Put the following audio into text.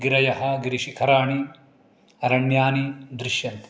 गिरयः गिरिशिखराणि अरण्यानि दृश्यन्ते